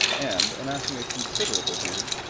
and amassing a considerable booty,